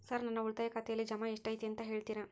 Sir ನನ್ನ ಉಳಿತಾಯ ಖಾತೆಯಲ್ಲಿ ಜಮಾ ಎಷ್ಟು ಐತಿ ಅಂತ ಹೇಳ್ತೇರಾ?